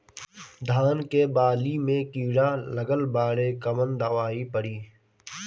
धान के बाली में कीड़ा लगल बाड़े कवन दवाई पड़ी?